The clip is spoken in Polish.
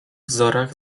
wzorach